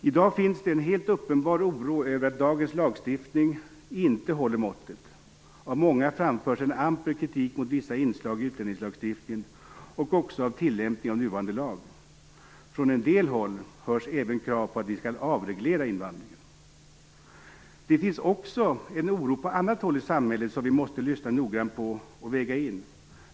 I dag finns det en helt uppenbar oro över att dagens lagstiftning inte håller måttet. Av många framförs en amper kritik mot vissa inslag i utlänningslagstiftningen - också av tillämpning av nuvarande lag. Från en del håll hörs även krav på att vi skall avreglera invandringen. Det finns också en oro på annat håll i samhället som vi måste lyssna noggrant på och väga in.